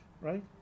right